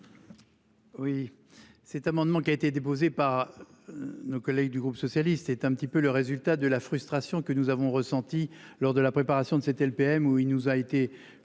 Oui, cet amendement qui a été déposée par. Nos collègues du groupe socialiste est un petit peu le résultat de la frustration que nous avons ressentie lors de la préparation de cette LPM où il nous a été communiqué